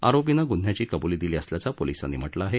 आरोपीनं ग्न्ह्याची कब्ली दिली असल्याचं पोलीसांनी म्हटलं आहे